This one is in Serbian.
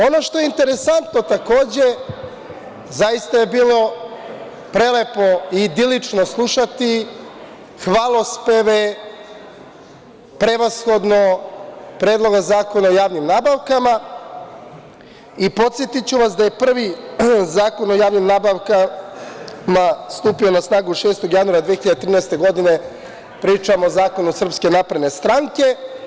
Ono što je interesantno takođe, zaista je bilo prelepo i idilično slušati hvalospeve, prevashodno Predloga zakona o javnim nabavkama, i podsetiću vas da je prvi Zakon o javnim nabavkama stupio na snagu 6. januara 2013. godine, pričam o zakonu SNS.